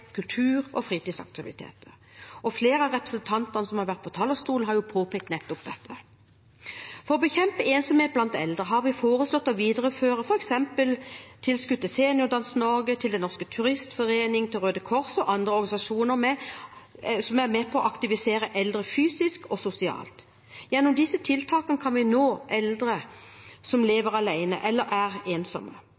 kultur- og fritidsaktiviteter. Flere av representantene som har vært på talerstolen, har påpekt nettopp dette. For å bekjempe ensomhet blant eldre har vi foreslått å videreføre f.eks. tilskudd til Seniordans Norge, til Den Norske Turistforening, til Røde Kors og andre organisasjoner som er med på å aktivisere eldre fysisk og sosialt. Gjennom disse tiltakene kan vi nå eldre som